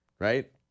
Right